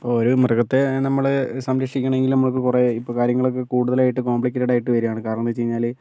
ഒരു മൃഗത്തെ നമ്മൾ സംരക്ഷിക്കണമെങ്കിൽ നമ്മൾക്ക് കുറേ ഇപ്പോൾ കാര്യങ്ങളൊക്കേ കൂടുതലായിട്ട് കോംപ്ലിക്കേറ്റഡ് ആയിട്ട് വരികയാണ് കാരണം എന്ന് വെച്ചുകഴിഞ്ഞാൽ